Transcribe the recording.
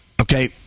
Okay